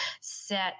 set